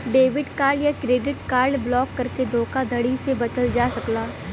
debit card या credit card block करके धोखाधड़ी से बचल जा सकला